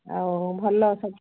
ଆଉ ଭଲ ସବୁ